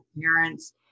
parents